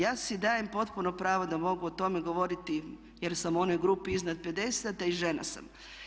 Ja si dajem potpuno pravo da mogu o tome govoriti jer sam u onoj grupi iznad 50-te i žena sam.